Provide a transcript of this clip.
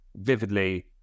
vividly